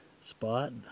spot